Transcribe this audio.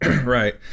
Right